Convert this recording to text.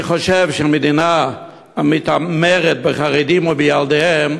אני חושב שמדינה המתעמרת בחרדים ובילדיהם